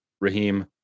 Raheem